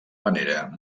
manera